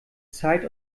zeit